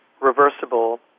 reversible